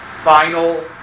final